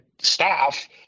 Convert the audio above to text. staff